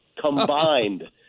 combined